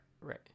right